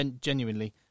genuinely